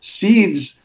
seeds